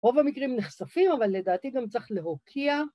‫רוב המקרים נחשפים, ‫אבל לדעתי גם צריך להוקיע.